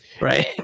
right